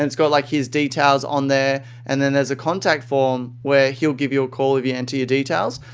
it's got like his details on there and there's a contact form where he'll give you a call if you enter your details.